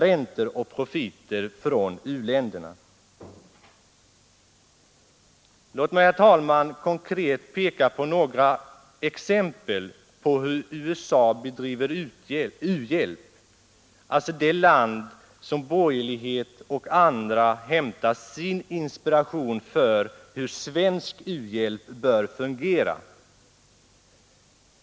Låt mig, herr talman, ge några konkreta exempel på hur USA bedriver u-hjälp — alltså det land som borgerlighet och andra hämtar sin inspiration från när det gäller hur svensk u-hjälp bör fungera.